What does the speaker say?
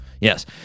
yes